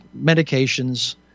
medications